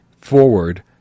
forward